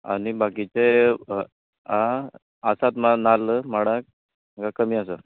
आनी बाकीचे आं आसात मा नाल्ल माडाक काय कमी आसा